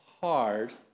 hard